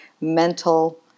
mental